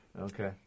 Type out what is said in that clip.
Okay